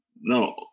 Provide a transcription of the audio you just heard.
no